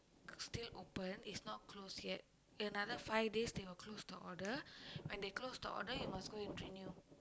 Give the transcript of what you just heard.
still open is not close yet another five days they will close the order when they close the order you must go and renew